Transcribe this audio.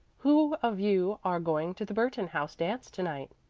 who of you are going to the burton house dance to-night?